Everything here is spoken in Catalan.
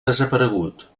desaparegut